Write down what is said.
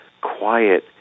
quiet